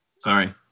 sorry